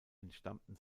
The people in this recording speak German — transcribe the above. entstammten